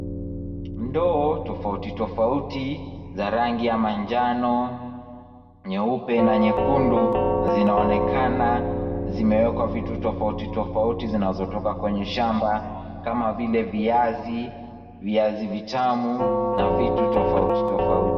Ndoo tofauti tofauti za rangi ya manjano, nyeupe na nyekundu zinaonekana nimewekwa vitu tofauti tofauti zinazotoka kwenye shamba kama vile viazi, viazi vitamu na vitu tofauti tofauti.